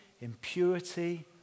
impurity